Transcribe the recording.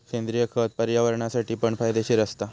सेंद्रिय खत पर्यावरणासाठी पण फायदेशीर असता